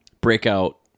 Breakout